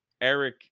Eric